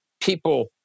People